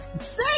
Say